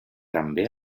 també